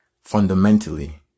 fundamentally